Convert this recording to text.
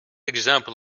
example